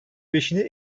beşini